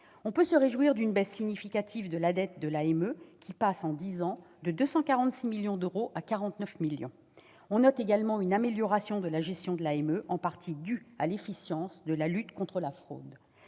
On peut se réjouir d'une baisse significative de la dette de l'AME, qui passe en dix ans de 246 millions à 49 millions d'euros. On note également une amélioration de la gestion de l'AME, en partie due à l'efficience de la lutte contre la fraude.